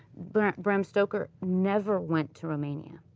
but bram stoker, never went to romania,